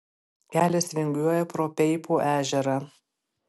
kelias vingiuoja pro peipų ežerą